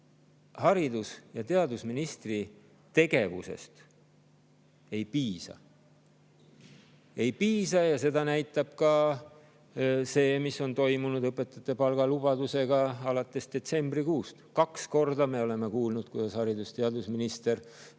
haridus- ja teadusministri tegevusest ei piisa. Ei piisa! Seda näitab see, mis on toimunud õpetajate palga lubadusega alates detsembrikuust. Kaks korda me oleme kuulnud, kuidas haridus- ja teadusminister –